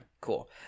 cool